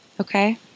Okay